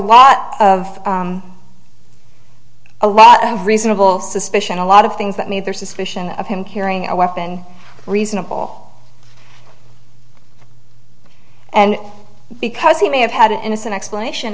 lot of a lot of reasonable suspicion a lot of things that made their suspicion of him carrying a weapon reasonable and because he may have had an innocent explanation